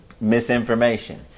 misinformation